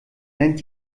nennt